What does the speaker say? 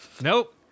nope